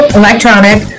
electronic